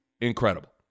incredible